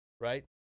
right